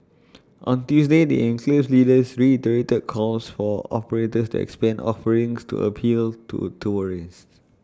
on Tuesday the enclave's leaders reiterated calls for operators to expand offerings to appeal to tourists